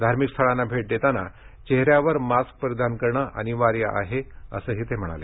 धार्मिक स्थळांना भेट देताना चेहऱ्यावर मास्क परिधान करणं अनिवार्य आहे असंही ते म्हणाले